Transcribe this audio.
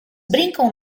brincam